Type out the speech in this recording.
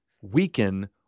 weaken